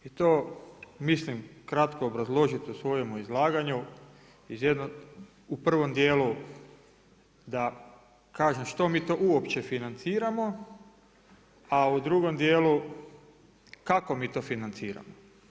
I to mislim kratko obrazložiti u svojem izlaganju u provom dijelu, da kažu što mi to uopće financiramo, a u drugom dijelu, kako mi to financiramo.